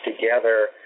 together